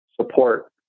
support